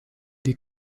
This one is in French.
des